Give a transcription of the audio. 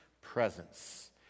Presence